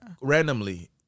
randomly